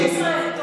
ב-2016,